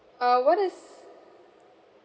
uh what is